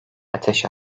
ateş